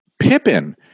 Pippin